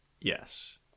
Yes